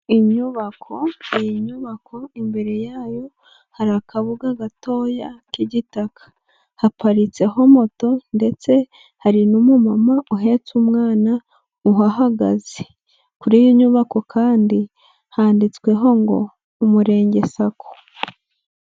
Inyubako iyi nyubako imbere yayo hari akabuga gatoya k'igitaka, haparitseho moto ndetse hari n'umumama uhetse umwana uhagaze, kuri iyo nyubako kandi handitsweho ngo: "Umurenge SACCO".